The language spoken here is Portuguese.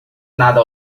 nada